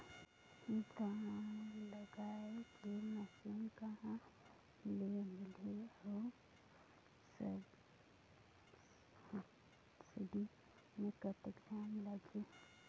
धान जगाय के मशीन कहा ले मिलही अउ सब्सिडी मे कतेक दाम लगही?